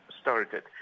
started